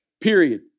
Period